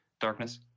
darkness